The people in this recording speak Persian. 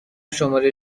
شماره